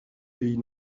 pays